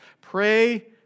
Pray